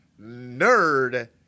nerd